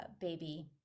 baby